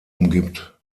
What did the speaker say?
umgibt